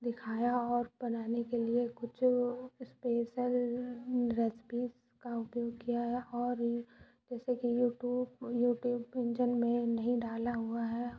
दिखाया और बनाने के लिए जो कुछ इस्पेशल रेस्पिज का उपयोग किया और जैसे कि यूट्यूब यूट्यूब व्यंजन में नहीं डाला हुआ है